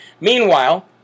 Meanwhile